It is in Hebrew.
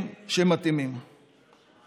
הבנתי איך לוקחים חוק שנקרא ייצוג הולם